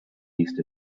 east